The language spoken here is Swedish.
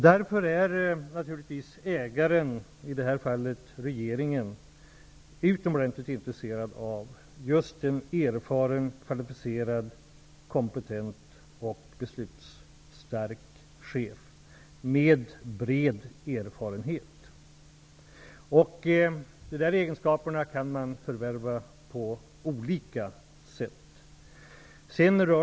Det är därför som ägaren, i det här fallet regeringen, naturligtvis är utomordentligt intresserad av att få just en erfaren, kvalificerad, kompetent och beslutsstark chef, med bred erfarenhet. Dessa egenskaper kan man förvärva på olika sätt.